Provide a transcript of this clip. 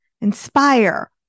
inspire